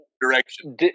direction